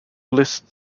list